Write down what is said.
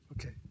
Okay